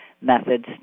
methods